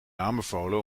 aanbevolen